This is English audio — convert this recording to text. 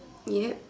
yup